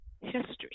history